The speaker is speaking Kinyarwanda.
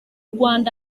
rwanda